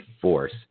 force